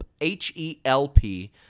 H-E-L-P